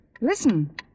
Listen